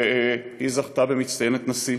והיא זכתה במצטיינת הנשיא,